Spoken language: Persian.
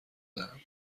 دهم